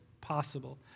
possible